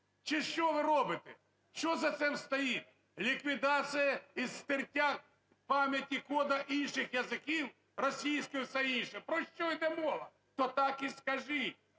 чи що ви робите? Що за цим стоїть? Ліквідація і стертя з пам'яті коду інших язиків, російського і все інше? Про що йде мова? То так і скажіть.